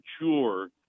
mature